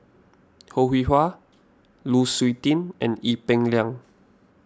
Ho Rih Hwa Lu Suitin and Ee Peng Liang